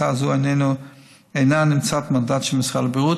הצעה זו אינה נמצאת במנדט של משרד הבריאות.